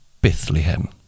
Bethlehem